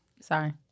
Sorry